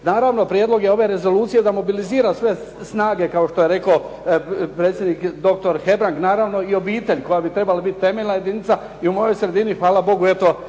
Naravno prijedlog je ove Rezolucije da mobilizira sve snage, kao što je rekao predsjednik dr. Hebrang i obitelj koja bi trebala biti temeljna jedinica i u mojoj sredini eto